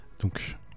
Donc